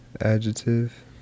Adjective